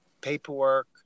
paperwork